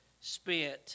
spent